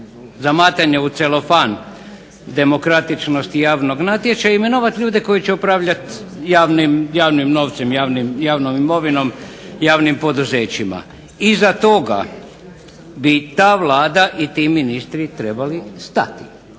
zamatanja u celofan demokratičnosti javnog natječaja imenovati ljude koji će upravljati javnim novcem, javnom imovinom, javnim poduzećima. Iza toga bi ta Vlada i ti ministri trebali stati.